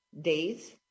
days